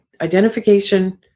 identification